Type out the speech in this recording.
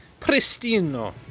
Pristino